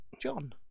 john